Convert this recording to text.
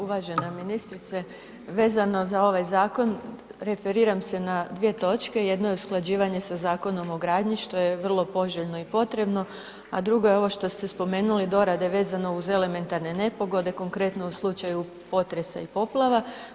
Uvažena ministrice, vezano za ovaj zakon referiram se na dvije točke, jedno je usklađivanje sa Zakonom o gradnji, što je vrlo poželjno i potrebno, a drugo je ovo što ste spomenuli dorade vezano uz elementarne nepogode, konkretno u slučaju potresa i poplava.